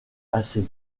assez